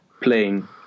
playing